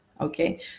Okay